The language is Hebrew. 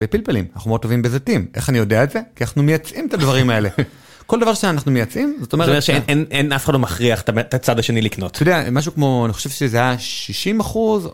איך אני יודע את זה ככה מייצאים את הדברים האלה כל דבר שאנחנו מייצאים זאת אומר שאין אף אחד מחריח את הצד השני לקנות משהו כמו אני חושב שזה השישים אחוז.